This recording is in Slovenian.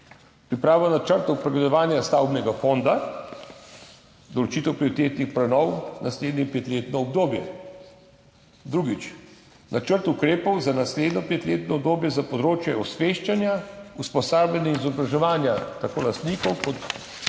priprava načrtov pregledovanja stavbnega fonda, določitev prioritetnih prenov za naslednje petletno obdobje. Drugič. Načrt ukrepov za naslednje petletno obdobje za področje osveščanja, usposabljanja in izobraževanja tako lastnikov kot